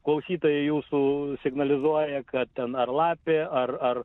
klausytojai jūsų signalizuoja kad ten ar lapė ar ar